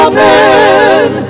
Amen